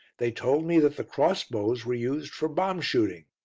they told me that the cross-bows were used for bomb-shooting.